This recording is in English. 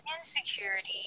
insecurity